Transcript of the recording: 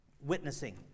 witnessing